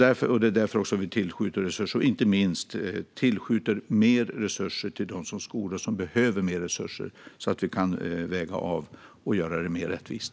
Det är också därför vi tillskjuter mer resurser till de skolor som behöver mer resurser, så att vi kan väga av och göra det mer rättvist.